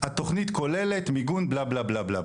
התוכנית כוללת מיגון בלה בלה בלה.